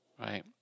Right